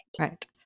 Right